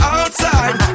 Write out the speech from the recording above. outside